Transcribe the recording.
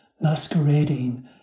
masquerading